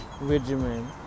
regimen